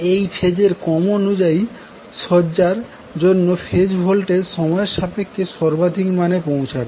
এখন এই ফেজের ক্রম অনুযায়ী সজ্জার জন্য ফেজ ভোল্টেজ সময়ের সাপেক্ষে সর্বাধিক মানে পৌছাবে